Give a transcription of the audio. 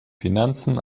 finanzen